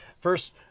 First